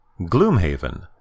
Gloomhaven